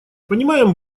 понимаем